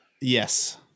yes